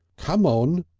come on!